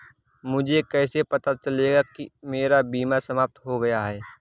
मुझे कैसे पता चलेगा कि मेरा बीमा समाप्त हो गया है?